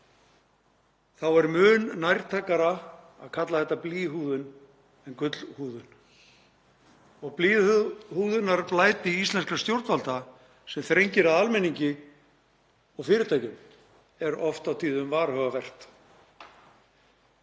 er mun nærtækara að kalla þetta blýhúðun en gullhúðun og blýhúðunarblæti íslenskra stjórnvalda, sem þrengir að almenningi og fyrirtækjum, er oft og tíðum varhugavert.